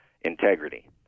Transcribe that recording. integrity